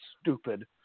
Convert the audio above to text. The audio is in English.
stupid